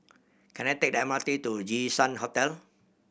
can I take the M R T to Jinshan Hotel